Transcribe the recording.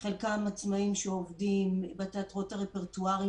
חלקם עצמאים שעובדים בתיאטראות הרפרטואריים